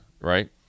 right